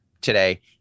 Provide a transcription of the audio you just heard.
today